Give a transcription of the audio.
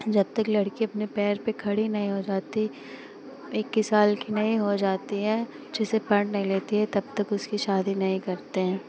जब तक लड़की अपने पैर पर खड़ी नहीं हो जाती इक्कीस साल की नहीं हो जाती है अच्छे से पढ़ नहीं लेती है तब तक उसकी शादी नहीं करते हैं